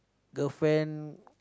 the friend